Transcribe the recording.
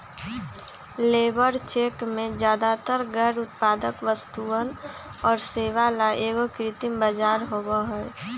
labour check में ज्यादातर गैर उत्पादक वस्तुअन और सेवा ला एगो कृत्रिम बाजार होबा हई